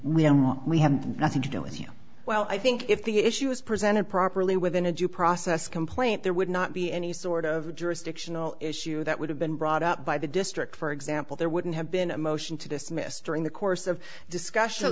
want we have nothing to do with you well i think if the issue was presented properly within a due process complaint there would not be any sort of jurisdictional issue that would have been brought up by the district for example there wouldn't have been a motion to dismiss during the course of discussion